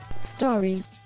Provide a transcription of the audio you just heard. Stories